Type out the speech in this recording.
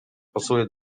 pasuje